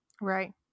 Right